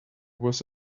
was